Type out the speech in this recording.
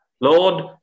Lord